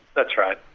that's right.